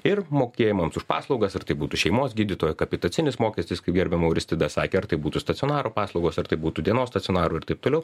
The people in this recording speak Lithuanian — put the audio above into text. ir mokėjimams už paslaugas ar tai būtų šeimos gydytoja kapitacinis mokestis kai gerbiama auristida sakė ar tai būtų stacionaro paslaugos ar tai būtų dienos stacionarų ir taip toliau